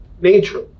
nature